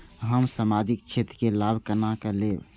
हम सामाजिक क्षेत्र के लाभ केना लैब?